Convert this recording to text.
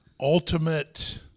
ultimate